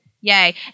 Yay